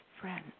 friend